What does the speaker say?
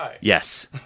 Yes